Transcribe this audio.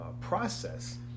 process